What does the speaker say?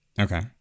Okay